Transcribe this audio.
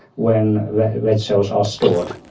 when red red cells are stored.